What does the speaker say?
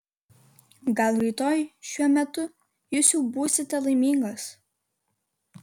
gal rytoj šiuo metu jūs jau būsite laimingas